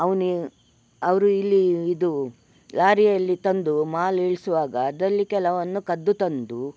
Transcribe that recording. ಅವ್ನು ಅವರು ಇಲ್ಲಿ ಇದು ದಾರಿಯಲ್ಲಿ ತಂದು ಮಾಲು ಇಳಿಸುವಾಗ ಅದರಲ್ಲಿ ಕೆಲವನ್ನು ಕದ್ದು ತಂದು